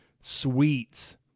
sweets